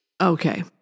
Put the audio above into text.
Okay